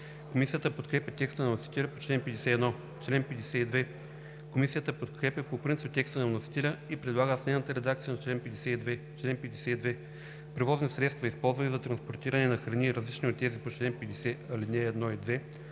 Комисията подкрепя текста на вносителя за чл. 51. Комисията подкрепя по принцип текста на вносителя и предлага следната редакция на чл. 52: „Чл. 52. Превозни средства, използвани за транспортиране на храни, различни от тези по чл. 50, ал. 1 и 2: